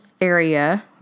area